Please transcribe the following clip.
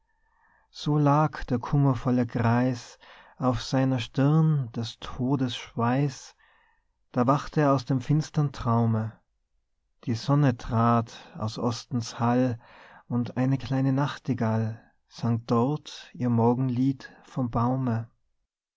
so lag der kummervolle greis auf seiner stirn des todes schweiß da wacht er aus dem finstern traume die sonne trat aus ostens hall und eine kleine nachtigall sang dort ihr morgenlied vom baume